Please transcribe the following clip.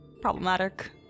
problematic